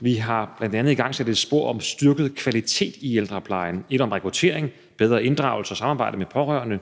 Vi har bl.a. igangsat et spor om en styrket kvalitet i ældreplejen, et om rekruttering, bedre inddragelse og samarbejde med pårørende,